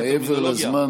אנחנו מעבר לזמן,